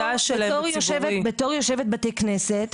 בתור יושבת בתי כנסת,